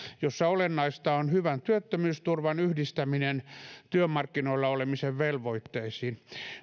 jossa olennaista on hyvän työttömyysturvan yhdistäminen työmarkkinoilla olemisen velvoitteisiin